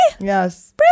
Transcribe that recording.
Yes